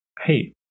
Hey